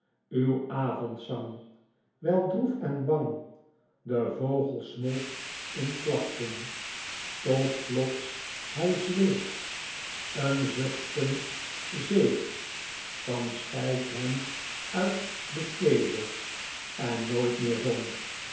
uw avondzang wijl droef en bang de vogel smolt in klachten tot plots hij zweeg een zuchtken zeeg van spijt hem uit de keele en nooit meer zong